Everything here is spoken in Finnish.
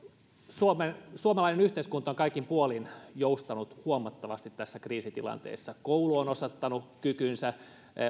suomalainen yhteiskunta on kaikin puolin joustanut huomattavasti tässä kriisitilanteessa koulu on osoittanut kykynsä